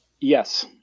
Yes